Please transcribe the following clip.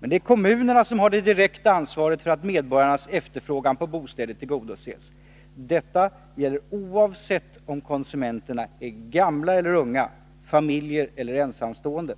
Men det är kommunerna som har det direkta ansvaret för att medborgarnas efterfrågan på bostäder tillgodoses. Detta gäller oavsett om konsumenterna är gamla eller unga, familjer eller ensamstående.